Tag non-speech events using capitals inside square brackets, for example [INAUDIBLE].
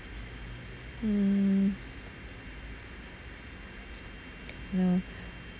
mm [NOISE] no